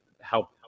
help